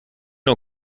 nur